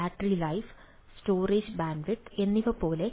battery life storage bandwidth എന്നിവ പോലെ